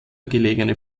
gelegene